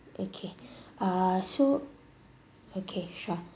okay uh so okay sure